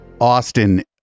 austin